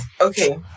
Okay